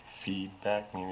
Feedback